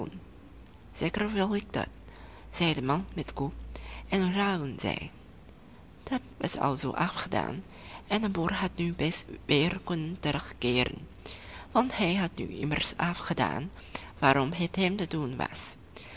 dat zei de man met de koe en nu ruilden zij dat was alzoo afgedaan en de boer had nu best weer kunnen terugkeeren want hij had nu immers afgedaan waarom het hem te doen was